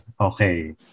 Okay